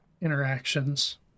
interactions